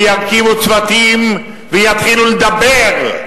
ויקימו צוותים, ויתחילו לדבר,